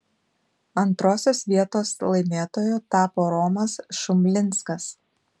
antrosios vietos laimėtoju tapo romas šumlinskas